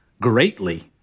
greatly